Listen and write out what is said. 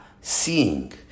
seeing